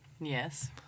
yes